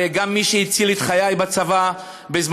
הרי גם מי שהציל את חיי בצבא בזמנו,